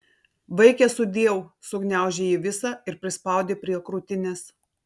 vaike sudieu sugniaužė jį visą ir prispaudė prie krūtinės